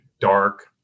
dark